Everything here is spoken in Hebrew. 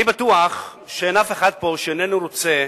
אני בטוח שאין פה אף אחד שאיננו רוצה